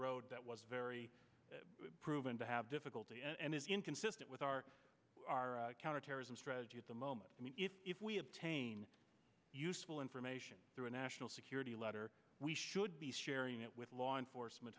road that was very proven to have difficulty and is inconsistent with our our counterterrorism strategy at the moment i mean if we obtain useful information through a national security letter we should be sharing it with law enforcement